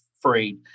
free